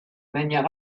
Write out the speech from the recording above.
manière